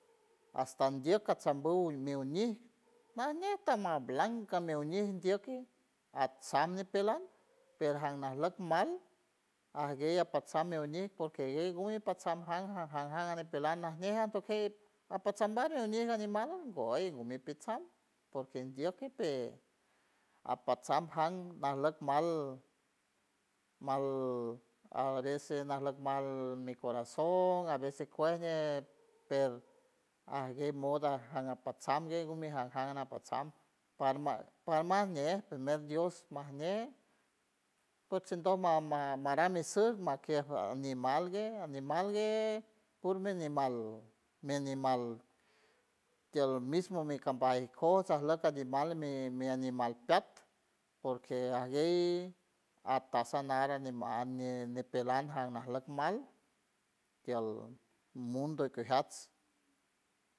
Hasta undier catsambu mi uñij nañet tama blanca me uñij dieki atsam nipelard pero jarnalok mal aguey apatsam me uñij porque egomejk patsamjam jarjam jarajam ñipeland najñeja atojey apatsambar ñiuñega nimal goey gumet pisay porque endioke porque apatsam jam marlok mal mal aveces narlok mal mi corazon aveces cuelle per aguer moda amatpasam guey gume ajamaran amatpasam parumant paramant ñej primer dios majñe potsindon maw maran misut makier animal guer animal guer purmeanimal meanimal tialmismo micambairj cosa arloj ti animale mi animale plat porque agueir atasamara ñimal de peranja nimal ti ail mundo nijats.